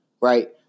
Right